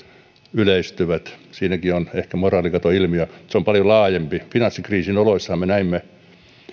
yleistyvät siinäkin on ehkä moraalikatoilmiö se on paljon laajempikin finanssikriisin oloissahan me näimme